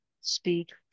speak